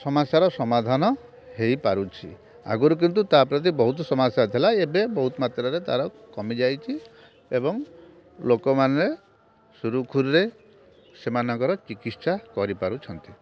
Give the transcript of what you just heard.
ସମସ୍ୟାର ସମାଧାନ ହେଇପାରୁଛି ଆଗୁରୁ କିନ୍ତୁ ତା ପ୍ରତି ବହୁତ ସମସ୍ୟା ଥିଲା ଏବେ ବହୁତ ମାତ୍ରାରେ ତା'ର କମିଯାଇଛି ଏବଂ ଲୋକମାନେ ସୁରୁଖୁରୁରେ ସେମାନଙ୍କର ଚିକିତ୍ସା କରିପାରୁଛନ୍ତି